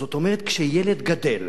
זאת אומרת, כשילד גדל